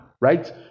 right